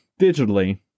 digitally